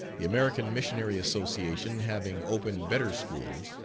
the american missionary association having opened better schools,